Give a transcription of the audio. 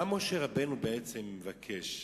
מה משה רבנו בעצם מבקש?